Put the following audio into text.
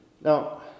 Now